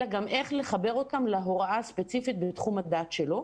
אלא גם איך לחבר אותם להוראה הספציפית בתחום הדעת שלו.